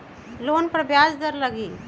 Loan पर ब्याज दर लगी?